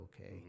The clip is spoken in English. okay